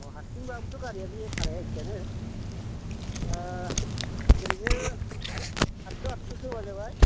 अह हारसिंबाबोथ' गारिया बे भाराया एखेयानो ओरैनो सादस' आदस'सो होबानो जाबाय